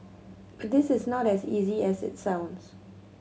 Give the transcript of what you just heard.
but this is not as easy as it sounds